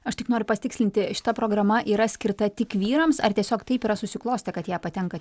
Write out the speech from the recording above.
aš tik noriu pasitikslinti šita programa yra skirta tik vyrams ar tiesiog taip yra susiklostę kad į ją patenka